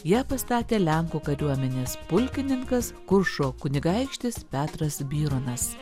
ją pastatė lenkų kariuomenės pulkininkas kuršo kunigaikštis petras byronas